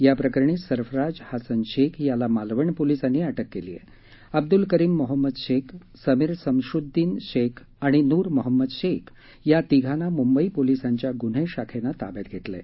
या प्रकरणी सर्फराज हसन शेख याला मालवण पोलिसांनी अटक केली असून अब्दुल करीम मोहम्मद शेख समीर समशुद्दीन शेख आणि नूर मोहम्मद शेख या तिघांना मुंबई पोलिसांच्या गुन्हे शाखेनं ताब्यात घेतलं आहे